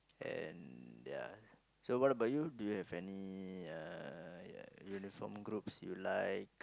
and ya so what about you do you have any uh uniform groups you like